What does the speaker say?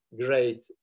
great